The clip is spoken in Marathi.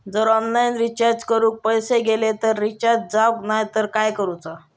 जर ऑनलाइन रिचार्ज करून पैसे गेले आणि रिचार्ज जावक नाय तर काय करूचा?